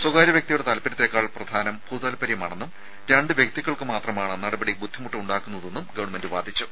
സ്വകാര്യ വ്യക്തിയുടെ താൽപ്പര്യത്തേക്കാൾ പ്രധാനം പൊതുതാൽപ്പര്യമാണെന്നും രണ്ട് വ്യക്തികൾക്ക് മാത്രമാണ് നടപടി ബുദ്ധിമുട്ട് ഉണ്ടാക്കുന്നതെന്നും ഗവൺമെന്റ് വാദിച്ചു